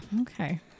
Okay